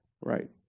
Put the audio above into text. Right